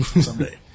Someday